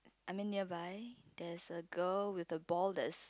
I mean nearby there is a girl with the ball that is